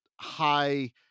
High